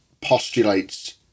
postulates